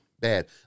bad